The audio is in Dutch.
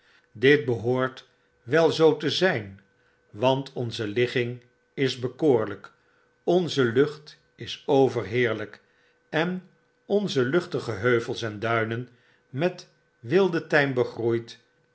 dit behoort wel zoo te zyn want onzeligging is bekoorlyk onze lucht isoverbeerlp t enonze luchtige heuvels en duinen met wilden tijm begroeid